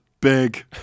big